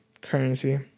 currency